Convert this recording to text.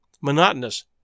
monotonous